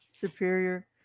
Superior